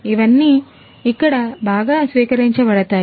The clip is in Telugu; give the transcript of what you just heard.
ఇవన్నీ ఇక్కడ బాగా స్వీకరించబడతాయి